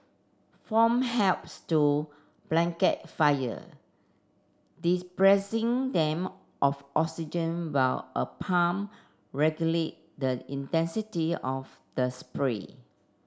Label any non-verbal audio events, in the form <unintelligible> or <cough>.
foam helps to blanket fire <unintelligible> them of oxygen while a pump regulate the intensity of the spray